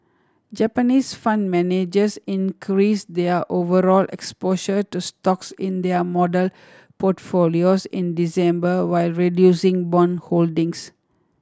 Japanese fund managers increased their overall exposure to stocks in their model portfolios in December while reducing bond holdings